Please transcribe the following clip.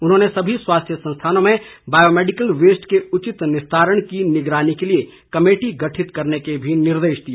उन्होंने सभी स्वास्थ्य संस्थानों में बायोमैडिकल वेस्ट के उचित निस्तारण की निगरानी के लिए कमेटी गठित करने के भी निर्देश दिए